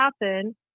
happen